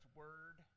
word